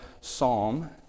psalm